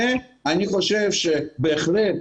זה אני חושב שבהחלט,